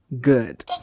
good